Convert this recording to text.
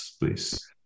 please